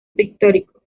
pictórico